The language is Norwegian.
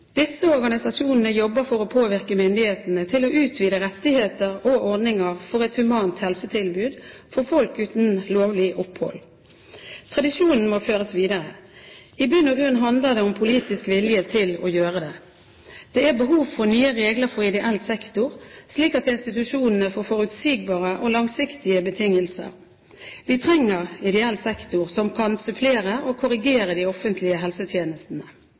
Disse organisasjonene jobber for å påvirke myndighetene til å utvide rettigheter og ordninger for et humant helsetilbud for folk uten lovlig opphold. Tradisjonen må føres videre. I bunn og grunn handler det om politisk vilje til å gjøre det. Det er behov for nye regler for ideell sektor slik at institusjonene får forutsigbare og langsiktige betingelser. Vi trenger ideell sektor, som kan supplere og korrigere de offentlige helsetjenestene.